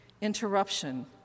interruption